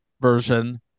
version